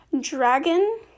Dragon